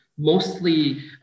Mostly